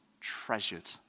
treasured